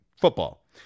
football